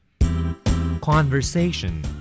Conversation